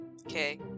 Okay